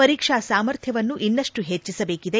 ಪರೀಕ್ಷಾ ಸಾಮರ್ಥ ವನ್ನು ಇನ್ನಷ್ಟು ಹೆಚ್ಚಿಸಬೇಕಿದೆ